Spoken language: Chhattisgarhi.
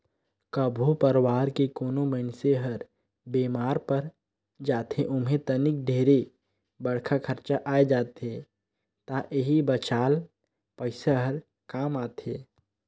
कभो परवार के कोनो मइनसे हर बेमार पर जाथे ओम्हे तनिक ढेरे बड़खा खरचा आये जाथे त एही बचाल पइसा हर काम आथे